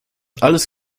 alles